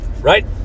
Right